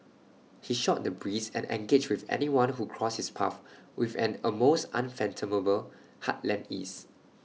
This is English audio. he shot the breeze and engaged with anyone who crossed his path with an almost unfathomable heartland ease